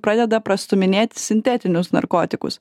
pradeda prastūminėti sintetinius narkotikus